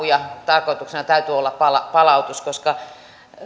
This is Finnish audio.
ja tarkoituksena täytyy olla palautus koska